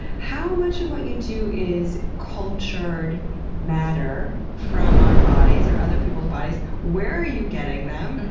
how much of what you do is cultured matter from our bodies or other people's bodies? where are you getting them?